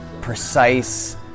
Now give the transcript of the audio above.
precise